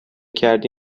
کردی